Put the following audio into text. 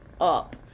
up